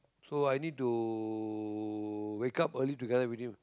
so I need to wake up early together with him